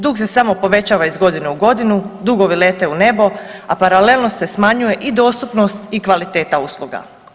Dug se samo povećava iz godinu u godinu, dugovi lete u nebo, a paralelno se smanjuje i dostupnost i kvaliteta usluga.